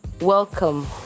Welcome